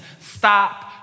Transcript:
stop